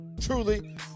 truly